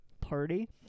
party